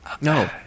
no